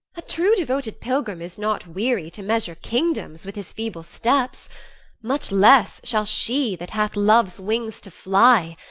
a true-devoted pilgrim is not weary to measure kingdoms with his feeble steps much less shall she that hath love's wings to fly,